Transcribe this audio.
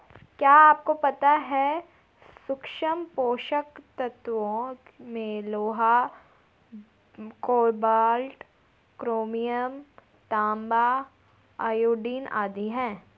क्या आपको पता है सूक्ष्म पोषक तत्वों में लोहा, कोबाल्ट, क्रोमियम, तांबा, आयोडीन आदि है?